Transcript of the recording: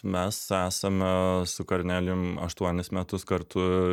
mes esame su kornelijum aštuonis metus kartu